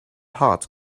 heart